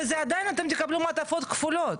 וזה עדיין אתם תקבלו מעטפות כפולות,